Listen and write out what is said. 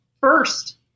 first